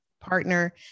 partner